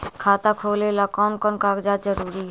खाता खोलें ला कोन कोन कागजात जरूरी है?